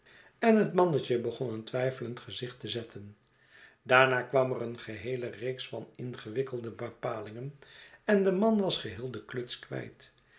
en het mannetje begon een twijfelend gezicht te zetten daarna kwam er een geheele reeks van ingewikkelde bepalingen en de man was geheel de kluts kwijt